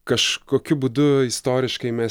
kažkokiu būdu istoriškai mes